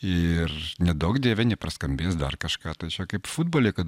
ir neduok dieve nepraskambės dar kažką tai čia kaip futbole kad